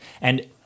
And-